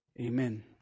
Amen